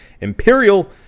imperial